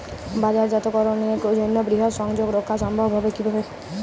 বাজারজাতকরণের জন্য বৃহৎ সংযোগ রক্ষা করা সম্ভব হবে কিভাবে?